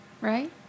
right